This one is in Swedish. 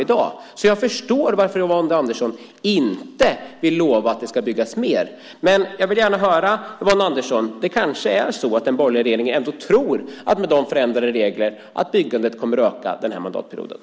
Jag förstår varför Yvonne Andersson inte vill lova att det ska byggas fler bostäder, men jag vill gärna höra från henne om det kanske är så att den borgerliga regeringen faktiskt tror att byggandet kommer att öka under mandatperioden på grund av de förändrade reglerna.